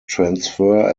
transfer